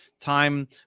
time